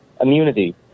immunity